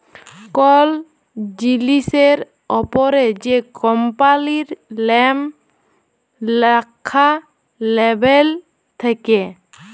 call জিলিসের অপরে যে কম্পালির লাম ল্যাখা লেবেল থাক্যে